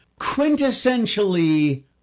quintessentially